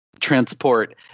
transport